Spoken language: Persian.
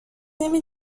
نمی